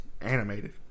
animated